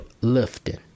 lifting